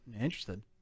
interested